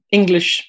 English